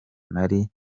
nari